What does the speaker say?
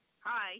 Hi